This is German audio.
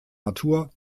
natur